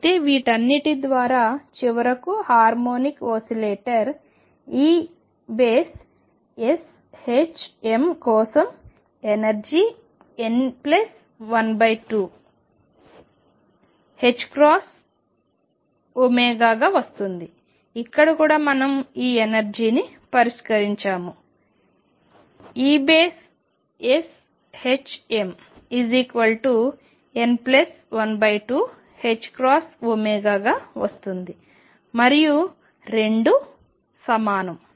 అయితే వీటన్నింటి ద్వారా చివరకు హార్మోనిక్ ఓసిలేటర్ E కోసంఎనర్జీ n12 ℏω గా వస్తుంది మరియు ఇక్కడ కూడా మనం ఈ ఎనర్జీ ని పరిష్కరించాము E n12ℏω గా వస్తుంది మరియు రెండూ సమానం